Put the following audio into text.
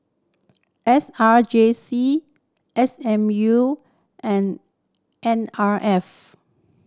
S R J C S M U and N R F